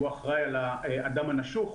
שהוא אחראי על האדם הנשוך,